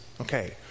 Okay